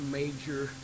major